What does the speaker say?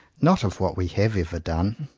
not of what we have ever done,